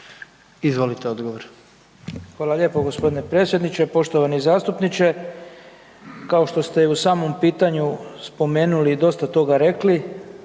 Izvolite odgovor.